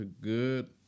good